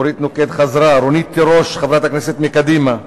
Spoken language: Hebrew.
אורית נוקד חזרה, רונית תירוש חברת הכנסת מקדימה,